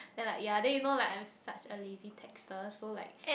then like ya then you know like I'm such a lazy texter so like